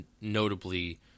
notably